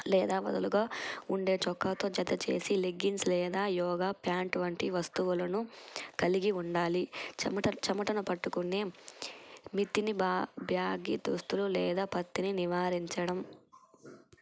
లేదా వదులుగా ఉండే చొక్కాతో జత చేసి లెగ్గింగ్స్ లేదా యోగా ప్యాంట్ వంటి వస్తువులను కలిగి ఉండాలి చెమట చెమటను పట్టుకునే మితిని బా బ్యాగి దుస్తులు లేదా పత్తిని నివారించడం